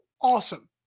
Awesome